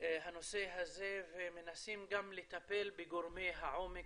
הנושא הזה ומנסים גם לטפל בגורמי העומק.